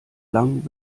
lang